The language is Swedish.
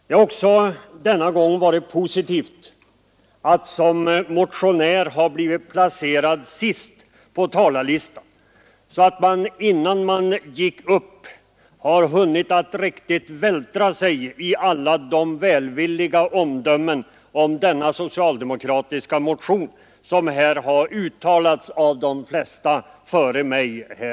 Det har också denna gång varit positivt att som motionär ha blivit placerad sist på talarlistan, så att man innan man gick upp i talarstolen hunnit att riktigt vältra sig i alla de välvilliga omdömen om denna socialdemokratiska motion som här har uttalats av de flesta före mig.